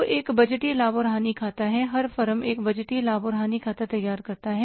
तो एक बजटीय लाभ और हानि खाता है हर फर्म एक बजटीय लाभ और हानि खाता तैयार करता है